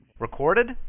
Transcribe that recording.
Recorded